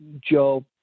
Joe